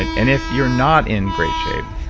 and and if you're not in great shape